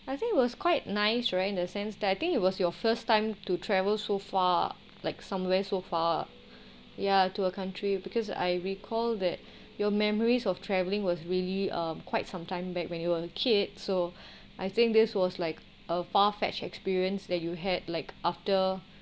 I think it was quite nice right in the sense that I think it was your first time to travel so far like somewhere so far ya to a country because I recall that your memories of travelling was really uh quite sometime back when you were a kid so I think this was like a far fetch experience that you had like after